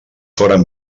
foren